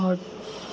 आओर